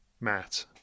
Matt